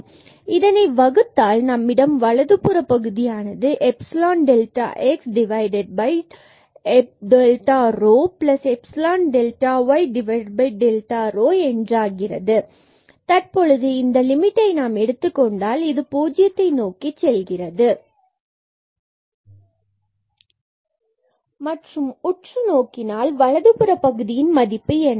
எனவே இதனை வகுத்தால் நம்மிடம் வலது புற பகுதியானது epsilon delta x delta rho epsilon delta y delta ரோஎன்றாகிறது z dz1x2y மற்றும் தற்பொழுது இந்த லிமிட்டை நாம் எடுத்துக் கொண்டால் இது பூஜ்ஜியத்தை நோக்கி செல்கிறது மற்றும் உற்று நோக்கினால் வலதுபுற பகுதியின் மதிப்பு என்ன